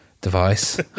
device